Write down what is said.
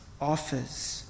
offers